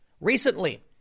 recently